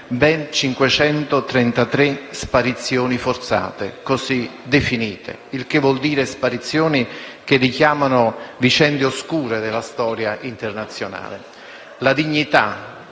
ben 533 sparizioni forzate (così definite), il che vuole dire sparizioni che richiamano vicende oscure della storia internazionale.